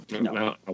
No